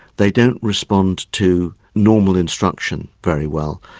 they don't respond to normal instruction very well.